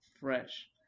Fresh